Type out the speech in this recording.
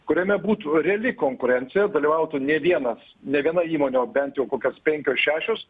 kuriame būtų reali konkurencija dalyvautų ne vienas ne viena įmonė bent jau kokios penkios šešios